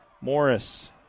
Morris